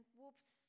whoops